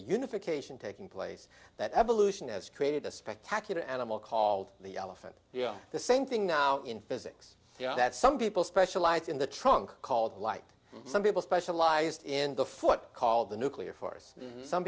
unification taking place that evolution has created a spectacular animal called the elephant you know the same thing now in physics that some people specialize in the trunk called light some people specialized in the foot called the nuclear force